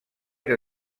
que